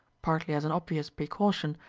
partly as an obvious precaution,